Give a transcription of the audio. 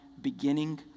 beginning